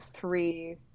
three